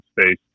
space